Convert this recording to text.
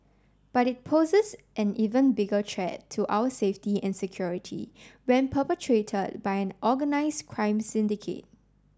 but it poses an even bigger threat to our safety and security when perpetrated by an organised crime syndicate